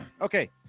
Okay